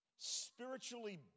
spiritually